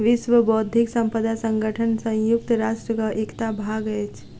विश्व बौद्धिक संपदा संगठन संयुक्त राष्ट्रक एकटा भाग अछि